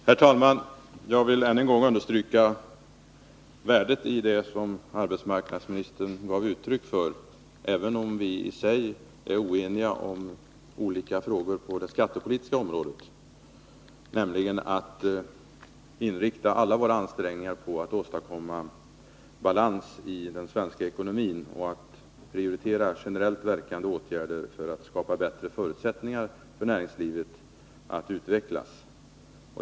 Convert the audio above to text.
Herr talman! Jag vill ännu en gång understryka värdet i det som arbetsmarknadsministern gav uttryck för, även om vi i sak är oeniga om olika frågor på det skattepolitiska området, nämligen att vi skall inrikta alla våra ansträngningar på att åstadkomma balans i den svenska ekonomin och prioritera generellt verkande åtgärder för att skapa bättre förutsättningar för näringslivet att utvecklas.